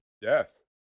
yes